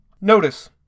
Notice